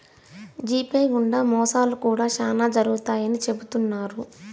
GPay గుండా మోసాలు కూడా శ్యానా జరుగుతాయని చెబుతున్నారు